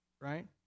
right